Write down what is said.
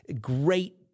great